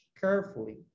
carefully